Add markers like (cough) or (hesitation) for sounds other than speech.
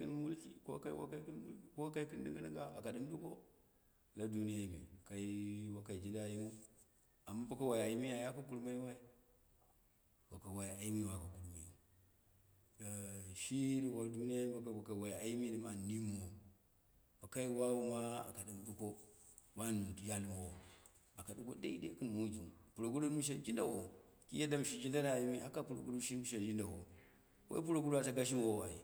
kɨm murki, ko kai wakai kɨn mulkiu ko kai kɨn ɗinga ɗinga aka ɗɨm ɗuko la duniyai me kai wakai jnida ayim mu, ama boko wai ayimi ai aka kurmayu ai, boka wai ayimi aka kur mayu (hesitation) shi ɗuko duniya boko wai ayimi ɗɨm nimmowo, bokai wai ma aka ɗɨm duko won jali mowo aka ɗuko deidei lan mu jung, puroguru she juidawo, ki yaddam she judana ayimi, haka puroguru shimi she jindawo, wai puroguru ata gashimowo ai